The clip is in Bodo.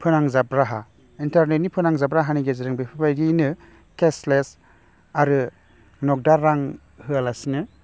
फोनांजाब राहा इन्टारनेटनि फोनांजाब राहानि गोरोजों बेफोरबायदियैनो केस लेस आरो नगदा रां होआलासिनो